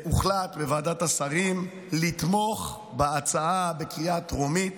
והוחלט בוועדת השרים לתמוך בהצעה בקריאה טרומית.